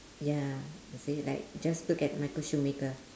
ya say like just look at michael schumacher